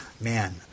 Man